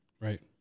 Right